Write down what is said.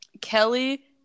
Kelly